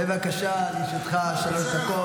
בבקשה, לרשותך שלוש דקות.